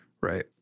Right